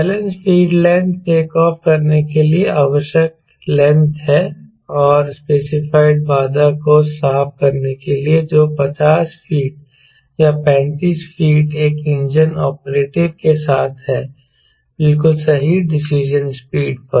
balance field length takeoff करने के लिए आवश्यक लेंथ है और स्पेसिफाइड बाधा को साफ करने के लिए है जो 50 फीट या 35 फीट एक इंजन ऑपरेटिव के साथ है बिल्कुल सही डिसीजन स्पीड पर